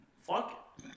fuck